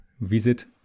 visit